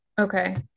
Okay